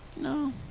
no